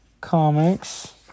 comics